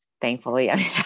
Thankfully